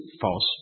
false